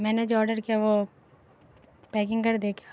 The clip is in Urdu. میں نے جو آڈر کیا وہ پیکنگ کر دیا کیا